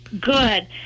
Good